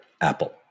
Apple